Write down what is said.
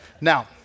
now